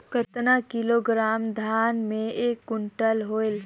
कतना किलोग्राम धान मे एक कुंटल होयल?